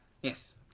Yes